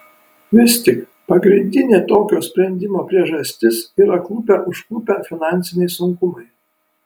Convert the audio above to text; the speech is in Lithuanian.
vis tik pagrindinė tokio sprendimo priežastis yra klubą užklupę finansiniai sunkumai